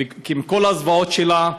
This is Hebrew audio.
ועם כל הזוועות שלה,